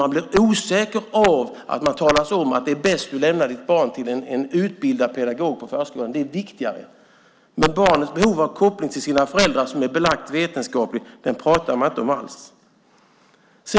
Man blir osäker av att det talas om att det är bäst att man lämnar sitt barn till en utbildad pedagog på förskolan. Det är viktigare, men barnets behov av koppling till sina föräldrar, som är belagt vetenskapligt, pratar man inte alls om.